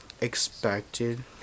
expected